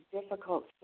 difficult